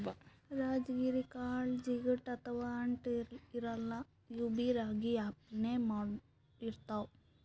ರಾಜಗಿರಿ ಕಾಳ್ ಜಿಗಟ್ ಅಥವಾ ಅಂಟ್ ಇರಲ್ಲಾ ಇವ್ಬಿ ರಾಗಿ ಅಪ್ಲೆನೇ ಇರ್ತವ್